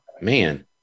Man